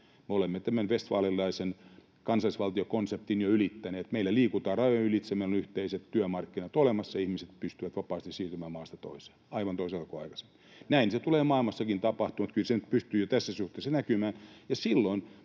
me olemme tämän westfalenilaisen kansallisvaltiokonseptin jo ylittäneet. Meillä liikutaan rajojen ylitse, meillä on yhteiset työmarkkinat olemassa, ihmiset pystyvät vapaasti siirtymään maasta toiseen aivan toisella tavalla kuin aikaisemmin. Näin se tulee maailmassakin tapahtumaan, ja kyllä sen nyt jo pystyy tässä suhteessa näkemään.